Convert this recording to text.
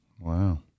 Wow